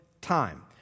time